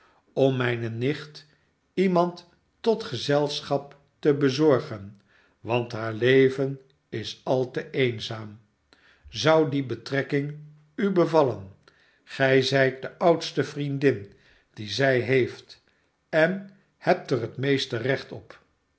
om mijne nicht iemand tot gezelschap te bezorgen want haar leven is al te eenzaam zou die betrekking u bevallen gij zijt de oudste vriendin die zij heeft en hebt er het meeste recht op